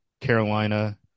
Carolina